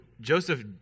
Joseph